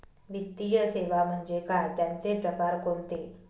वित्तीय सेवा म्हणजे काय? त्यांचे प्रकार कोणते?